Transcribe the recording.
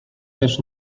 też